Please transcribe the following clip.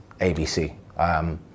ABC